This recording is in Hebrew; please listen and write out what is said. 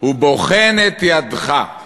ובוחן את ידך".